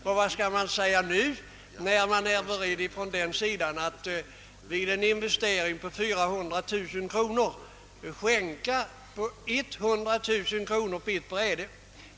Och vad skall man säga nu, när man var beredd att från den sidan vid en investering på 400 000 kronor skänka bort 100 000 kronor på ett bräde?